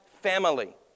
family